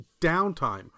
downtime